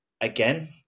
Again